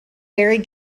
barry